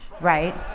right?